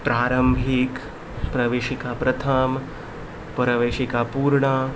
प्रारंभीक प्रवेशिका प्रथम प्रवेशिका पूर्ण